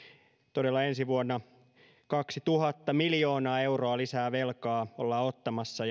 todella ensi vuonna kaksituhatta miljoonaa euroa lisää velkaa ollaan ottamassa